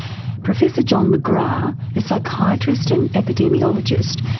professor john mcgrath, ah a psychiatrist and epidemiologist,